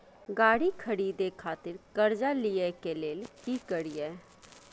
गाड़ी खरीदे खातिर कर्जा लिए के लेल की करिए?